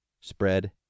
spread